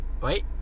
Wait